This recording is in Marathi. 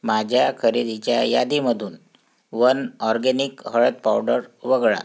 माझ्या खरेदीच्या यादीमधून वन ऑरगॅनिक हळद पावडर वगळा